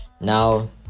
now